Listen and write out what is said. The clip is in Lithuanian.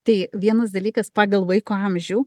tai vienas dalykas pagal vaiko amžių